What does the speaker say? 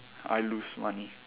I lose money